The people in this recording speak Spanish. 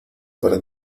para